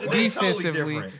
defensively